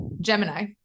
Gemini